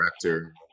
director